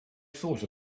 thought